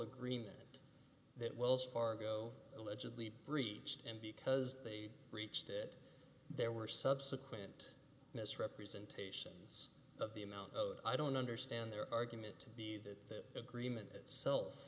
agreement that wells fargo allegedly breached and because they reached it there were subsequent misrepresentations of the amount i don't understand their argument to be that the agreement itself